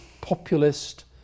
populist